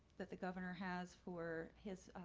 that the governor has for him.